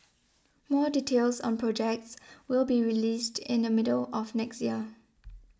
more details on projects will be released in the middle of next year